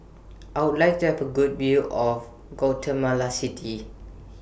I Would like to Have A Good View of Guatemala City